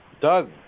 Doug